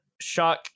Shock